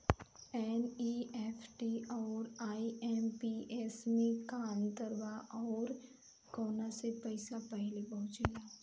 NEFT आउर IMPS मे का अंतर बा और आउर कौना से पैसा पहिले पहुंचेला?